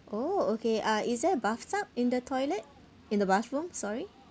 oh okay uh is there bathtub in the toilet in the bathroom sorry